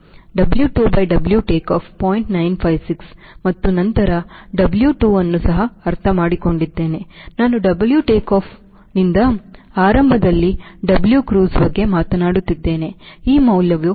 956 ಮತ್ತು ನಂತರ ನಾನು W2 ಅನ್ನು ಸಹ ಅರ್ಥಮಾಡಿಕೊಂಡಿದ್ದೇನೆ ನಾನು W ಟೇಕ್ಆಫ್ನಿಂದ ಆರಂಭದಲ್ಲಿ Wcruise ಬಗ್ಗೆ ಮಾತನಾಡುತ್ತಿದ್ದೇನೆ ಈ ಮೌಲ್ಯವು 0